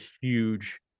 huge